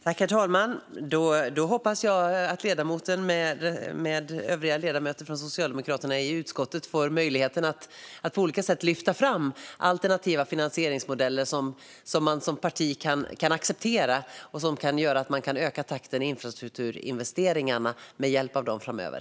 Herr talman! Då hoppas jag att ledamoten och övriga ledamöter från Socialdemokraterna i utskottet får möjligheten att på olika sätt lyfta fram alternativa finansieringsmodeller som partiet kan acceptera och som kan göra att man kan öka takten i infrastrukturinvesteringarna med hjälp av dem framöver.